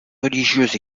religieuse